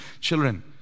children